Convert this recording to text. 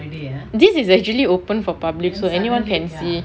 this is actually open for public so anyone can see